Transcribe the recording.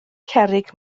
cerrig